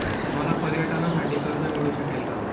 मला पर्यटनासाठी कर्ज मिळू शकेल का?